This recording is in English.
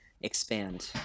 expand